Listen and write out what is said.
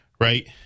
right